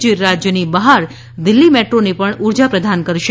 જે રાજયની બહાર દિલ્હી મેટ્રોને પણ ઉર્જા પ્રધાન કરશે